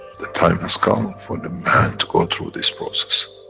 the time has come for the man to go through this process.